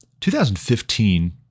2015